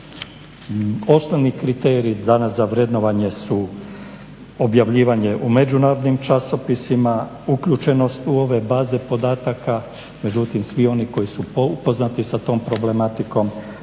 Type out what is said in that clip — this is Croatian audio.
Osnovni kriterij danas za vrednovanje su objavljivanje u međunarodnim časopisima, uključenost u ove baze podataka, međutim svi oni koji su upoznati sa tom problematikom